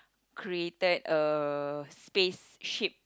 created a spaceship